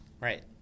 Right